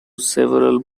several